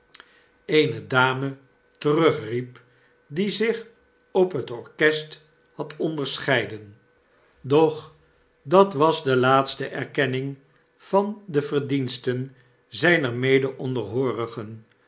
terugriep die zich op het orchest had onderscheiden doch dat was de laatste erkenning van de verdiensten zyner mede